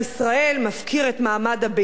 מפקיר את מעמד הביניים.